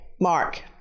mark